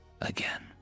again